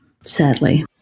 sadly